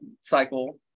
cycle